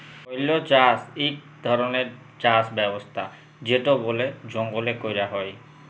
বল্য চাষ ইক ধরলের চাষ ব্যবস্থা যেট বলে জঙ্গলে ক্যরা হ্যয়